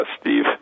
Steve